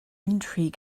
intrigue